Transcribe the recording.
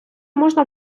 можна